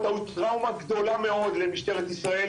היוו טראומה גדולה מאוד למשטרת ישראל,